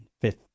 fifth